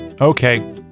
Okay